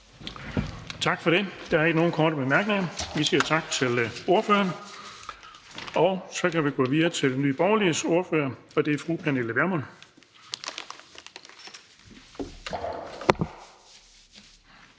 Tak for det. Der er ikke nogen korte bemærkninger. Vi siger tak til ordføreren, og så kan vi gå videre til Nye Borgerliges ordfører, og det er fru Pernille Vermund.